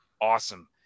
awesome